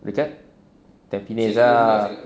dekat tampines ah